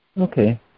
Okay